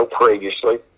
previously